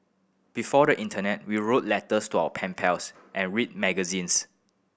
before the internet we wrote letters to our pen pals and read magazines